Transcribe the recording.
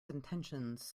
intentions